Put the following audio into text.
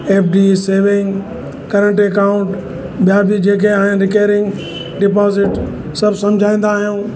F D saving current account ॿियां बि जेके आहिनि रिकरिंग डिपोज़िट सभु सम्झाईंदा आहियूं